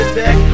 back